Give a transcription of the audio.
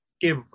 give